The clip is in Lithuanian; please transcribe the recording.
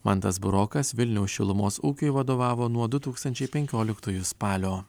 mantas burokas vilniaus šilumos ūkiui vadovavo nuo du tūkstančiai penkioliktųjų spalio